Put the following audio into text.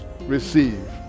Receive